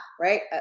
right